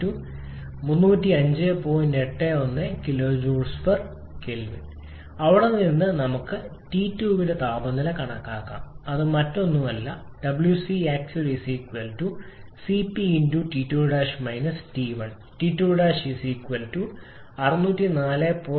81 𝑘𝐽𝑘𝑔 അവിടെ നിന്ന് നമുക്ക് ടി 2 ന്റെ താപനിലയായി കണക്കാക്കാം കാരണം ഇത് മറ്റൊന്നുമല്ല 𝑊𝐶𝑎𝑐𝑡𝑢𝑎𝑙 𝑐𝑝 𝑇2′ 𝑇1 𝑇2′ 604